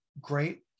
great